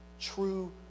True